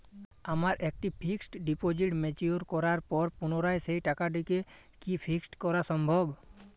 আমার একটি fixed deposit mature করার পর পুনরায় সেই টাকাটিকে কি ফিক্সড করা সম্ভব?